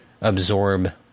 absorb